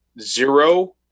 zero